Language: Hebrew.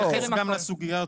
אנחנו נתייחס גם לסוגיה הזאת.